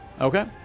Okay